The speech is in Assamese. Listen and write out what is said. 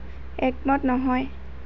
একমত নহয়